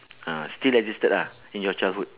ah still existed ah in your childhood